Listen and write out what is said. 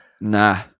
Nah